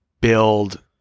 build